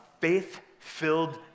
faith-filled